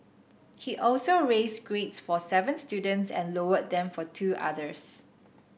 he also raised grades for seven students and lowered them for two others